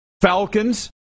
Falcons